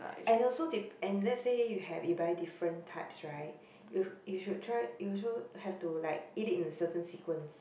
and also and let's say you've you buy different types right you you should try you also have to like eat it in the certain sequence